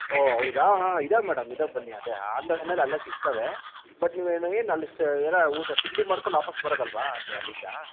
ಓ ಹೌದಾ ಹಾಂ ಇದ್ದಾವೆ ಮೇಡಮ್ ಇದ್ದಾವೆ ಬನ್ನಿ ಅದೇ ಆನ್ ದ ವೇನಲ್ಲಿ ಅಲ್ಲೆ ಸಿಗ್ತವೆ ಬಟ್ ನೀವೇನು ಏನು ಅಲ್ಲಿ ಸ್ಟೇ ಏನು ಊಟ ತಿಂಡಿ ಮಾಡಿಕೊಂಡು ವಾಪಸ್ ಬರೋದಲ್ವಾ ಅಲ್ಲಿಂದ